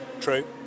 True